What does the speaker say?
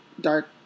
dark